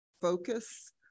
focus